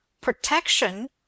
Protection